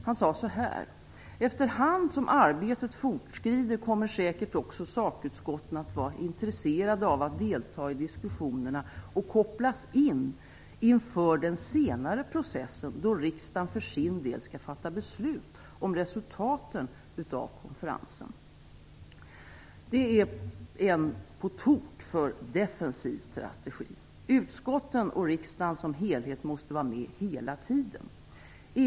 Han sade så här: Efter hand som arbetet fortskrider kommer säkert också sakutskotten vara intresserade av att delta i diskussionerna och kopplas in inför den senare processen, då riksdagen för sin del skall fatta beslut om resultaten av konferensen. Det är en på tok för defensiv strategi. Utskotten och riksdagen som helhet måste vara med hela tiden.